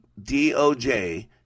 DOJ